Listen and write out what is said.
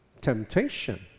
temptation